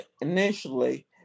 initially